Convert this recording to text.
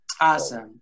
Awesome